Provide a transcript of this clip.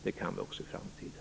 Det kan vi också i framtiden.